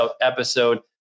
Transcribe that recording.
episode